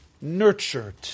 nurtured